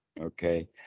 Okay